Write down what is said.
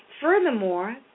Furthermore